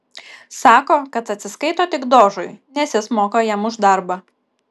sako kad atsiskaito tik dožui nes jis moka jam už darbą